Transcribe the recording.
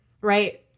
Right